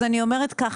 אז אני אומרת ככה,